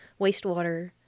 wastewater